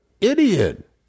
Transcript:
idiot